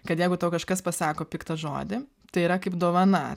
kad jeigu tau kažkas pasako piktą žodį tai yra kaip dovana